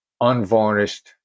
unvarnished